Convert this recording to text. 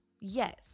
Yes